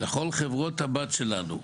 לכל חברות הבת שלנו,